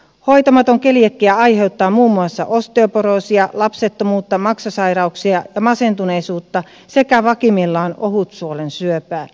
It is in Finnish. hoitamaton keliakia aiheuttaa muun muassa osteoporoosia lapsettomuutta maksasairauksia ja masentuneisuutta sekä vakavimmillaan ohutsuolen syöpää